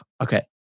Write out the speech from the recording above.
okay